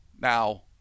Now